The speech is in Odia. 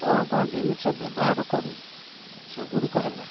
କ'ଣ କ'ଣ ଜିନିଷ ବ୍ୟବହାର କରୁ ସେଗୁଡ଼ିକ ହେଲା